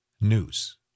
news